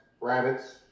rabbits